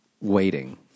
waiting